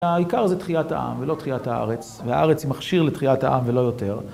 העיקר זה תחיית העם, ולא תחיית הארץ, והארץ היא מכשיר לתחיית העם ולא יותר.